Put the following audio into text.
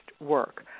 work